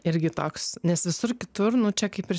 irgi toks nes visur kitur čia kaip ir